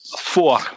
Four